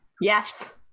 Yes